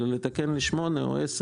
אלא לתקן לשמונה או עשר.